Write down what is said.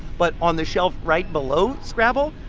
but on the shelf right below scrabble,